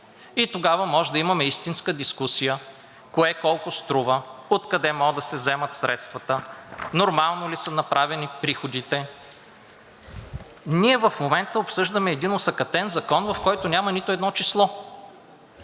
и тогава може да имаме истинска дискусия кое колко струва, откъде могат да се вземат средствата, нормално ли са направени приходите. Ние в момента обсъждаме един осакатен закон, в който няма нито едно число.